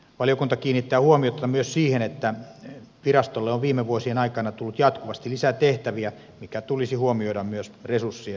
valiokunta kiinnittää huomiota myös siihen että virastolle on viime vuosien aikana tullut jatkuvasti lisää tehtäviä mikä tulisi huomioida myös resurssien määrässä